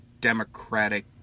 Democratic